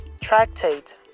Tractate